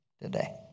today